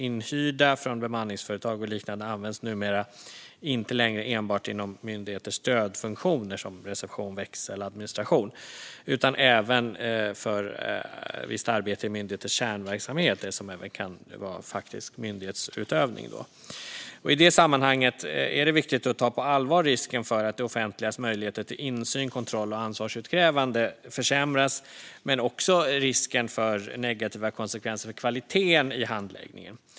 Inhyrda från bemanningsföretag och liknande används numera inte längre enbart inom myndigheters stödfunktioner som reception, växel och administration utan även för visst arbete i myndigheters kärnverksamheter som faktiskt kan vara myndighetsutövning. I det sammanhanget är det viktigt att risken för att det offentligas möjligheter till insyn, kontroll och ansvarsutkrävande försämras ta på allvar, liksom risken för negativa konsekvenser för kvaliteten i handläggningen.